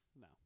No